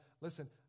listen